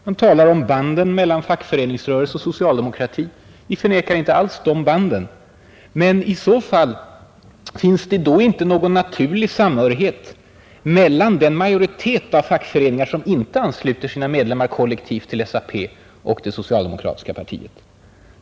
Han talar om banden mellan fackföreningsrörelse och socialdemokrati. Men i så fall: finns det då inte någon naturlig samhörighet mellan den majoritet av fackföreningar, som inte ansluter sina medlemmar kollektivt till SAP, och det socialdemokratiska partiet?